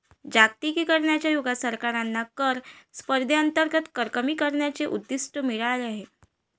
जागतिकीकरणाच्या युगात सरकारांना कर स्पर्धेअंतर्गत कर कमी करण्याचे उद्दिष्ट मिळाले आहे